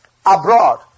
abroad